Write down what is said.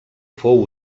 fou